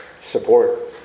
support